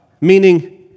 meaning